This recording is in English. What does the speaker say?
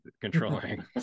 controlling